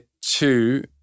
two